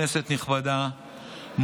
כנסת נכבדה,